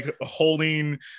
holding